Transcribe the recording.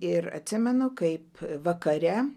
ir atsimenu kaip vakare